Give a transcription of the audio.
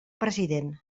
president